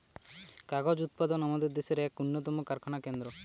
কাগজ উৎপাদন আমাদের দেশের এক উন্নতম কারখানা কেন্দ্র